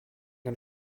and